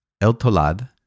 El-Tolad